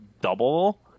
double